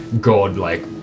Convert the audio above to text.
god-like